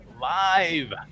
live